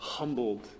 Humbled